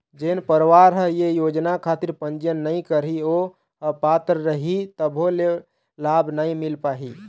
जेन परवार ह ये योजना खातिर पंजीयन नइ करही ओ ह पात्र रइही तभो ले लाभ नइ मिल पाही